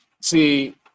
see